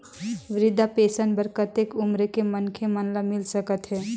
वृद्धा पेंशन बर कतेक उम्र के मनखे मन ल मिल सकथे?